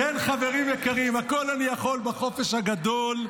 כן, חברים יקרים, הכול אני יכול בחופש הגדול.